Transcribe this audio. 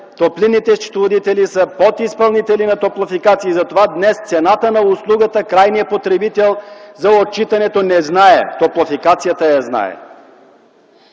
топлинните счетоводители са подизпълнители на Топлофикация. И затова днес цената на услугата крайният потребител за отчитането – не знае. Топлофикацията я знае.